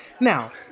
Now